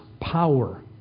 power